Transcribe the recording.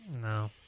No